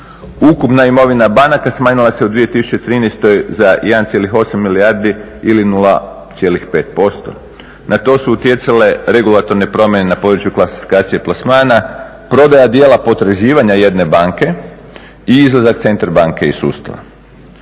Ukupna imovina banaka smanjila se u 2013. za 1,8 milijardi ili 0,5%. Na to su utjecale regulatorne promjene na području klasifikacije plasmana, prodaja dijela potraživanja jedne banke i izlazak Centar banke iz sustava.